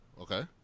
okay